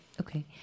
okay